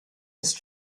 ist